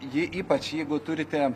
jei ypač jeigu turite